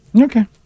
Okay